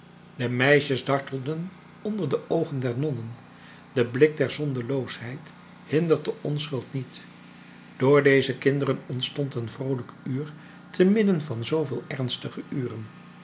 de meisjes dartelden onder de oogen der nonnen de blik der zondeloosheid hindert de onschuld niet door deze kinderen ontstond een vroolijk uur te midden van zooveel ernstige uren